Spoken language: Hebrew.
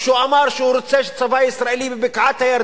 כשהוא אמר שהוא רוצה צבא ישראלי בבקעת-הירדן,